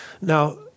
Now